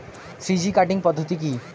Three G cutting পদ্ধতি কি?